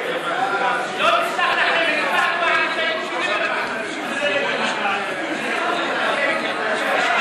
ההסתייגות (4) של קבוצת סיעת ישראל ביתנו לפני סעיף 1 לא נתקבלה.